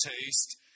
taste